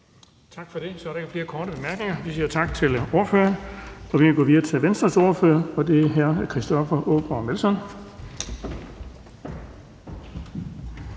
Tak for det. Så er der ikke flere korte bemærkninger, og vi siger tak til ordføreren. Og så går vi videre til SF's ordfører, og det er fru Kirsten Normann